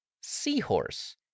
seahorse